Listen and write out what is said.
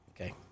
Okay